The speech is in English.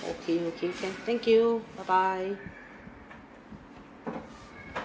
okay okay can thank you bye bye